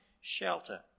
shelter